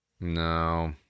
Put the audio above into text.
No